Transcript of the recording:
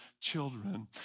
children